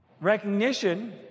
Recognition